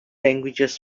languages